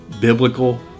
biblical